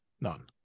None